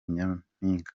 nyampinga